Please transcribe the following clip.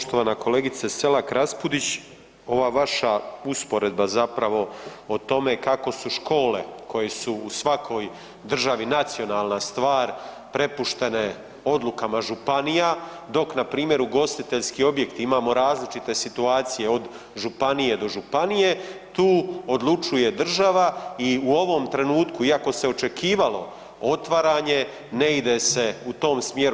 Poštovana kolegice Selak Raspudić, ova vaša usporedba zapravo o tome kako su škole koje su u svakoj državi nacionalna stvar prepuštene odlukama županija, dok npr. ugostiteljski objekti imamo različite situacije od županije do do županije tu odlučuje država i u ovom trenutku iako se očekivalo otvaranje ne ide se u tom smjeru.